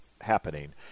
happening